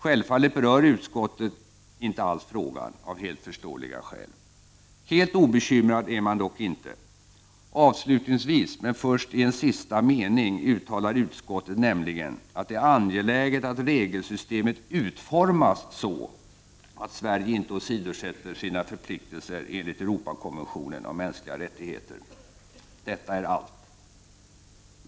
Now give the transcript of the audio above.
Självfallet berör utskottet inte alls frågan — av helt förståeliga skäl. Helt obekymrad är man dock inte. Avslutningsvis — men först i en sista mening — uttalar utskottet nämligen att det är angeläget att regelsystemet utformas så att Sverige inte åsidosätter sina förpliktelser enligt Europakonventionen om mänskliga rättigheter. Detta är allt.